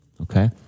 okay